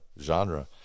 genre